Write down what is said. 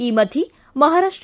ಈ ಮಧ್ಯೆ ಮಹಾರಾಷ್ಟ